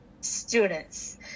students